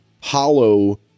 hollow